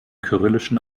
kyrillischen